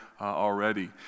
already